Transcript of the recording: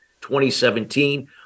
2017